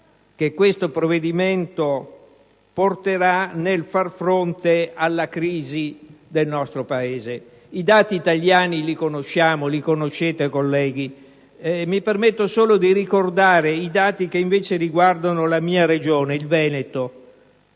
che questo provvedimento avrà nel far fronte alla crisi del nostro Paese. I dati italiani li conosciamo; li conoscete, colleghi. Mi permetto solo di ricordare quelli che riguardano la mia regione, il Veneto,